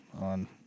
on